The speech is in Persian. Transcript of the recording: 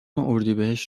اردیبهشت